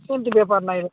ସେମିତି ବେପାର ନାହିଁରେ